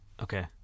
Okay